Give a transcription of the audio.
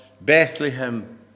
Bethlehem